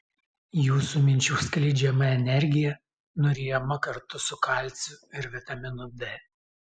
jūsų minčių skleidžiama energija nuryjama kartu su kalciu ir vitaminu d